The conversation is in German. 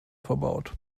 verbaut